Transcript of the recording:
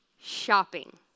shopping